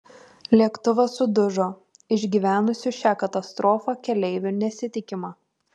lėktuvas sudužo išgyvenusių šią katastrofą keleivių nesitikima